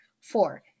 Four